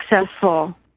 successful